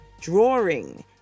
drawing